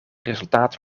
resultaat